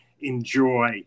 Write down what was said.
enjoy